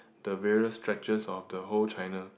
the various stretches of the whole China